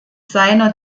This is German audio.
seiner